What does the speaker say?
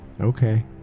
Okay